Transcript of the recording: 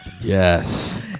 Yes